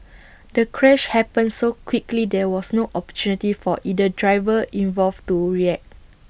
the crash happened so quickly there was no opportunity for either driver involved to react